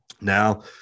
now